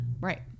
right